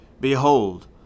Behold